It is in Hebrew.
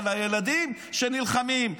על הילדים שנלחמים.